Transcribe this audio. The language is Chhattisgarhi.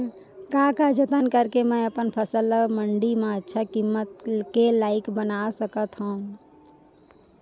का का जतन करके मैं अपन फसल ला मण्डी मा अच्छा किम्मत के लाइक बना सकत हव?